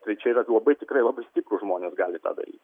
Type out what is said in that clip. tai čia yra labai tikrai labai stiprūs žmonės gali tą daryti